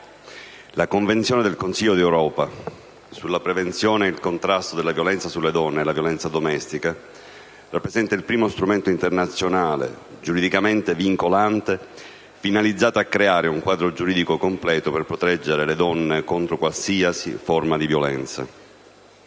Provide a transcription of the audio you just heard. la Convenzione del Consiglio d'Europa sulla prevenzione e la lotta contro la violenza nei confronti delle donne e la violenza domestica rappresenta il primo strumento internazionale giuridicamente vincolante finalizzato a creare un quadro giuridico completo per proteggere le donne contro qualsiasi forma di violenza.